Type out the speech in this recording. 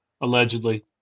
allegedly